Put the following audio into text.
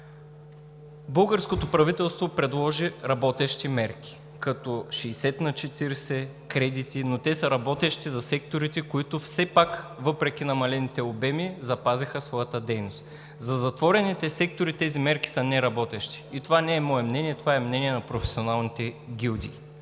Българското правителство предложи работещи мерки като 60/40, кредити, но те са работещи за секторите, които все пак, въпреки намалените обеми, запазиха своята дейност. За затворените сектори тези мерки са неработещи и това не е мое мнение, това е мнение на професионалните гилдии.